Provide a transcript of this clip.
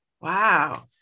Wow